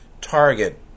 target